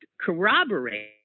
corroborate